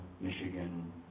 Michigan